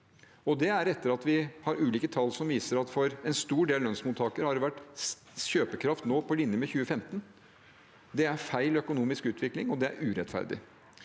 Det er etter ulike tall som viser at det for en stor del lønnsmottakere nå har vært kjøpekraft på linje med 2015. Det er feil økonomisk utvikling, og det er urettferdig.